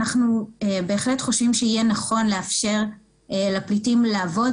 אנחנו בהחלט חושבים שיהיה נכון לאפשר לפליטים לעבוד,